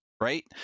right